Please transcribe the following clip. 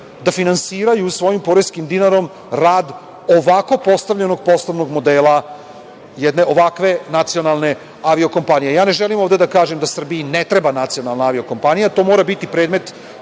da finansiraju svojim poreskim dinarom rad ovako postavljenog poslovnog modela jedne ovakve nacionalne avio-kompanije. Ja ne želim ovde da kažem da Srbiji ne treba nacionalna avio-kompanija, to mora biti predmet